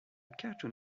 cartoon